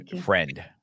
friend